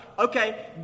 Okay